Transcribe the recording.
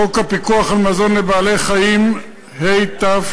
חוק הפיקוח על מזון לבעלי-חיים (תיקון),